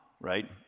right